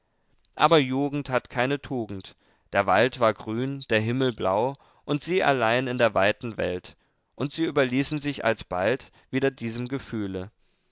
aber jugend hat keine tugend der wald war grün der himmel blau und sie allein in der weiten welt und sie überließen sich alsbald wieder diesem gefühle